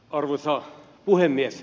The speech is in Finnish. arvoisa puhemies